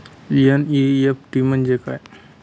NEFT म्हणजे काय?